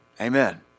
Amen